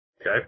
Okay